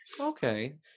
Okay